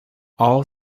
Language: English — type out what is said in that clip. all